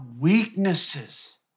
weaknesses